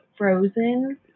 Frozen